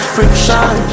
Friction